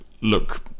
look